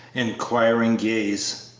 inquiring gaze,